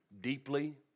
deeply